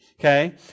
Okay